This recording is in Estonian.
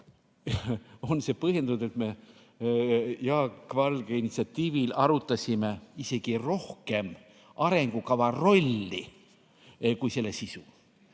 on see põhjendatud, et me Jaak Valge initsiatiivil arutasime isegi rohkem arengukava rolli kui selle sisu,